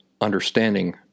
understanding